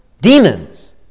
demons